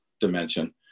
dimension